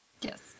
Yes